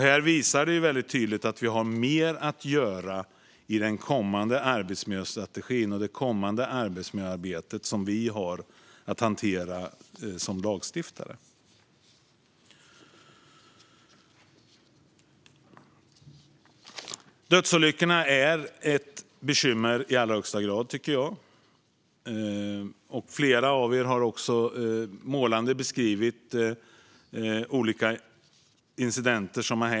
Här visar det sig väldigt tydligt att vi har mer att göra i den kommande arbetsmiljöstrategin och i det kommande arbetsmiljöarbete som vi har att hantera som lagstiftare. Dödsolyckorna är i allra högsta grad ett bekymmer, tycker jag. Flera av er har målande beskrivit olika incidenter.